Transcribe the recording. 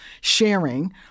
sharing